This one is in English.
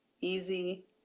easy